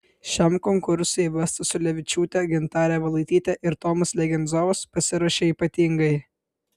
šiam konkursui ieva stasiulevičiūtė gintarė valaitytė ir tomas legenzovas pasiruošė ypatingai